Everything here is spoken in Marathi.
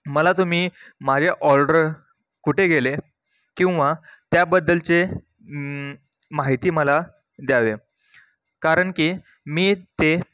मला तुम्ही माझे ऑर्डर कुठे गेले किंवा त्याबद्दलचे माहिती मला द्यावे कारण की मी ते